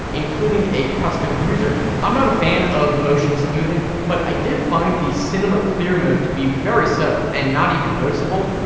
including a custom user mode. i'm not a fan of motion smoothing, but i did find the cinema clear mode to be very subtle and not even noticeable.